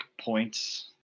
points